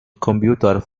computer